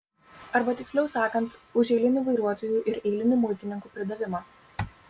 arba tiksliau sakant už eilinių vairuotojų ir eilinių muitininkų pridavimą